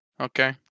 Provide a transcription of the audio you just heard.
Okay